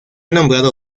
nombrado